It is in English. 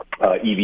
EV